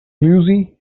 lucy